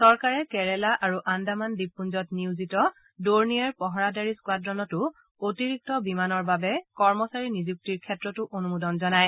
চৰকাৰে কেৰেলা আৰু আন্দামান দ্বীপপুঞ্জত নিয়োজিত ড'ৰনিয়েৰ পহৰাদাৰী স্থোৱাড়নতো অতিৰিক্ত বিমানৰ বাবে কৰ্মচাৰী নিযুক্তিৰ ক্ষেত্ৰতো অনুমোদন জনায়